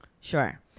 Sure